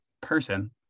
person